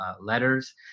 letters